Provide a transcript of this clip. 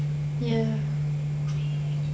ya